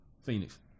Phoenix